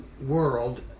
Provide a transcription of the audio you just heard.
world